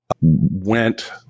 went